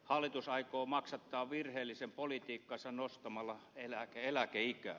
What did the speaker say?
hallitus aikoo maksattaa virheellisen politiikkansa nostamalla eläkeikää